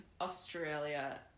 Australia